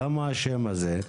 למה השם הזה?